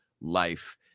life